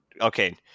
Okay